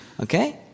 Okay